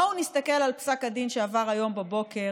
בואו נסתכל על פסק הדין שעבר היום בבוקר